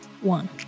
one